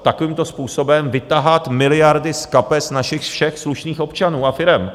Takovýmto způsobem vytahat miliardy z kapes našich všech slušných občanů a firem.